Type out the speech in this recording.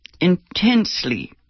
intensely